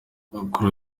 kuri